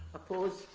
opposed?